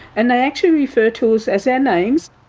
and they actually refer to us as our names.